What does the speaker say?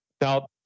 Now